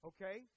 Okay